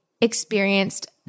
experienced